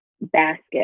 basket